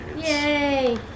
Yay